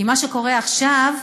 כי מה שקורה עכשיו,